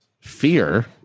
fear